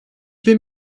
bin